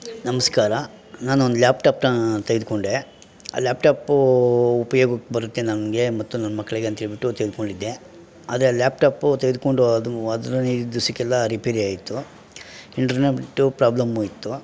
ನಮಸ್ಕಾರ ನಾನೊಂದು ಲ್ಯಾಪ್ಟಾಪನ್ನ ತೆಗೆದುಕೊಂಡೆ ಆ ಲ್ಯಾಪ್ಟಾಪೂ ಉಪ್ಯೋಗಕ್ಕೆ ಬರುತ್ತೆ ನನಗೆ ಮತ್ತು ನನ್ನ ಮಕ್ಕಳಿಗೆ ಅಂತ್ಹೇಳ್ಬಿಟ್ಟು ತೆಗೆದ್ಕೊಂಡಿದ್ದೆ ಆದರೆ ಲ್ಯಾಪ್ಟಾಪು ತೆಗೆದುಕೊಂಡು ಹದ್ಮೂ ಹದಿನೈದು ದಿಸಕ್ಕೆಲ್ಲ ರಿಪೇರಿ ಆಯಿತು ಇಂಟ್ರನೆಟ್ಟು ಪ್ರಾಬ್ಲಮ್ಮೂ ಇತ್ತು